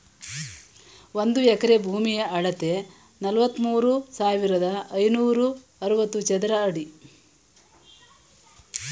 ಒಂದು ಎಕರೆ ಭೂಮಿಯ ಅಳತೆ ನಲವತ್ಮೂರು ಸಾವಿರದ ಐನೂರ ಅರವತ್ತು ಚದರ ಅಡಿ